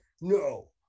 no